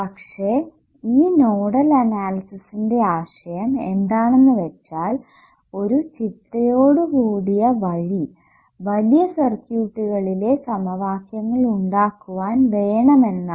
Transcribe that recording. പക്ഷെ ഈ നോഡൽ അനാലിസിസിന്റെ ആശയം എന്താണെന്നു വെച്ചാൽ ഒരു ചിട്ടയോടുകൂടിയ വഴി വലിയ സർക്യൂട്ടുകളിലെ സമവാക്യങ്ങൾ ഉണ്ടാക്കുവാൻ വേണം എന്നാണ്